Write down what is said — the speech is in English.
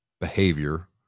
behavior